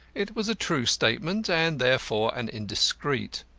it was a true statement, and therefore an indiscreet.